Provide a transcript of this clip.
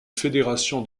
fédération